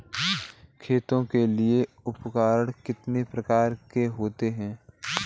खेती के लिए उपकरण कितने प्रकार के होते हैं?